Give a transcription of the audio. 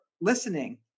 listening